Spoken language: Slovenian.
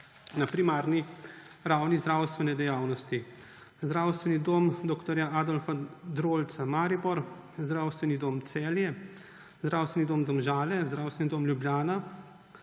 na primarni ravni zdravstvene dejavnosti: Zdravstveni dom dr. Adolfa Drolca Maribor, Zdravstveni dom Celje, Zdravstveni dom Domžale, Zdravstveni dom Ljubljana,